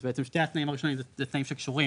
אז בעצם שני התנאים הראשונים זה תנאים שקשורים